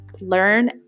learn